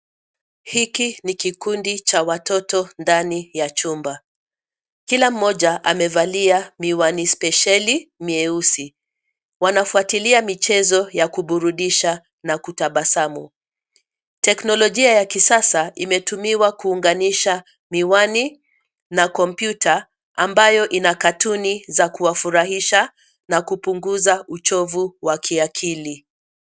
Hiki ni kukundi cha watoto ndani ya chumba, kila mmoja amevalia miwani spesheli mieusi, wanafuatilia michezo ya kuburudisha na kutabasamu, teknolojia ya kisasa imetumiwa kuunganisha, miwani, na kompyuta, ambayo ina katuni za kuwahurahisha, na kupunguza uchovu wa kiakili.